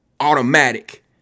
automatic